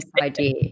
idea